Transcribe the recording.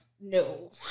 No